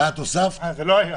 אה, זה לא היה.